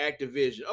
Activision